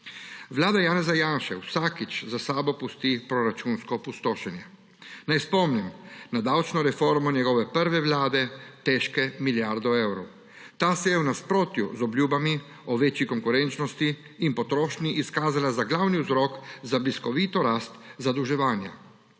Vlada Janeza Janše vsakič za sabo pusti proračunsko opustošenje. Naj spomnim na davčno reformo njegove prve vlade, težke milijardo evrov. Ta se je v nasprotju z obljubami o večji konkurenčnosti in potrošnji izkazala za glavni vzrok za bliskovito rast zadolževanja.